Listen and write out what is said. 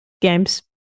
games